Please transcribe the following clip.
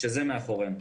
מאחורינו.